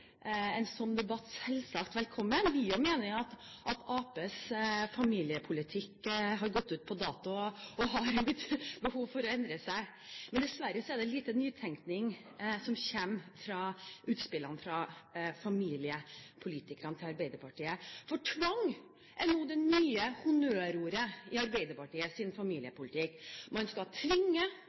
en slik debatt velkommen. Også vi mener at Arbeiderpartiets familiepolitikk har gått ut på dato, og det har blitt behov for endringer. Men dessverre er det lite nytenkning som kommer i utspillene fra familiepolitikerne i Arbeiderpartiet. Tvang er nå det nye honnørordet i Arbeiderpartiets familiepolitikk. Man skal tvinge